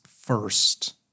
first